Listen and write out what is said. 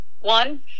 one